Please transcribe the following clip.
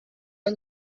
are